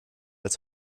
als